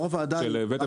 אתה